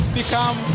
become